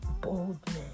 boldness